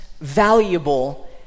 valuable